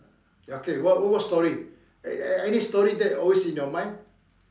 okay what what what story an~ any story that always in your mind